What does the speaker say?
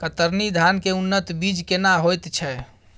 कतरनी धान के उन्नत बीज केना होयत छै?